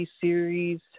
Series